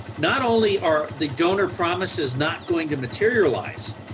not only are the donor promises not going to materialize,